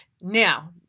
Now